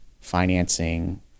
financing